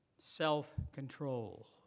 self-control